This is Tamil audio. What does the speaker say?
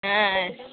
ஆ ஆ